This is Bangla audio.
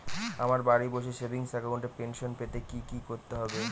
আমায় বাড়ি বসে সেভিংস অ্যাকাউন্টে পেনশন পেতে কি কি করতে হবে?